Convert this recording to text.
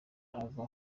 ava